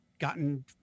gotten